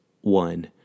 one